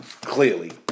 Clearly